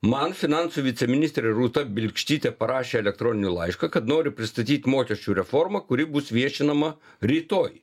man finansų viceministrė rūta bilkštytė parašė elektroninį laišką kad noriu pristatyt mokesčių reformą kuri bus viešinama rytoj